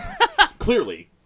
Clearly